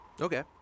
Okay